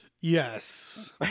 Yes